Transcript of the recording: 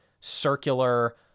circular